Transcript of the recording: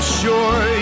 sure